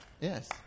Yes